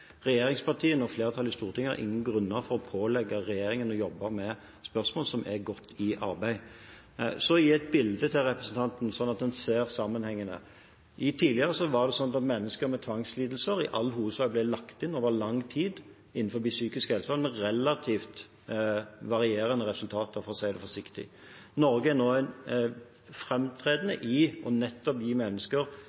Regjeringspartiene og flertallet i Stortinget har ingen grunner for å pålegge regjeringen å jobbe med spørsmål som er godt i arbeid. For å gi et bilde til representanten, sånn at en ser sammenhengen: Tidligere var det sånn at mennesker med tvangslidelser i all hovedsak ble lagt inn over lang tid innen psykisk helsevern, med relativt varierende resultater, for å si det forsiktig. Norge er nå